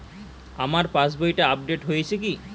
আমার পাশবইটা আপডেট হয়েছে কি?